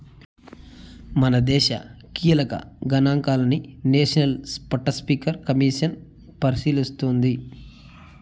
మనదేశ కీలక గనాంకాలని నేషనల్ స్పాటస్పీకర్ కమిసన్ పరిశీలిస్తోంది